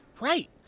Right